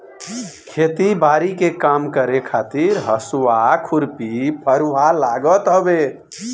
खेती बारी के काम करे खातिर हसुआ, खुरपी, फरुहा लागत हवे